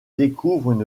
découvrent